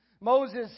Moses